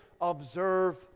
observe